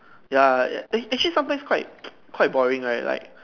ya ya I actually sometimes quite quite boring right like